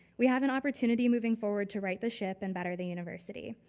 we have an opportunity moving forward to right the ship and better the university.